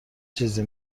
چیزی